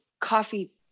coffee